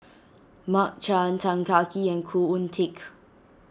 Mark Chan Tan Kah Kee and Khoo Oon Teik